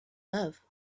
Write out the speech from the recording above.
love